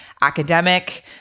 academic